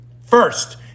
First